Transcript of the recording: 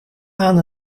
aan